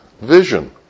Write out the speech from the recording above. vision